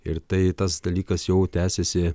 ir tai tas dalykas jau tęsiasi